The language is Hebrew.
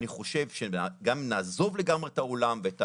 אני באמת חושב שגם אם נעזוב לגמרי את העולם ואת